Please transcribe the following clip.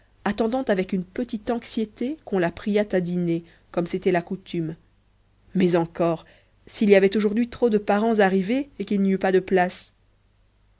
attendant avec une petite anxiété qu'on la priât à dîner comme c'était la coutume mais encore s'il y avait aujourd'hui trop de parents arrivés et qu'il n'y eût pas de place